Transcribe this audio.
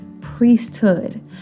priesthood